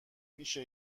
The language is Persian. میشه